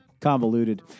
convoluted